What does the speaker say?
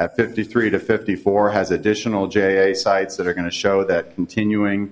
at fifty three to fifty four has additional j a sites that are going to show that continuing